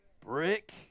Brick